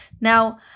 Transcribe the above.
Now